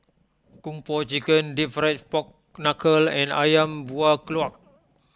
Kung Po Chicken Deep Fried Pork Knuckle and Ayam Buah Keluak